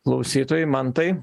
klausytojui mantai